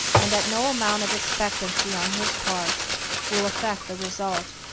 and that no amount of expectancy on his part will affect the result.